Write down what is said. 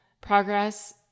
progress